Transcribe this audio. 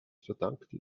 verdankte